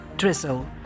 Drizzle